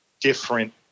different